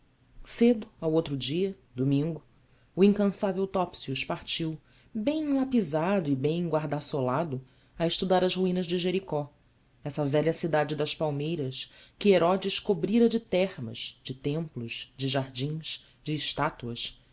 cedo ao outro dia domingo o incansável topsius partiu bem enlapisado e bem enguardasolado a estudar as ruínas de jericó essa velha cidade das palmeiras que herodes cobrira de termas de templos de jardins de estátuas